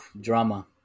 Drama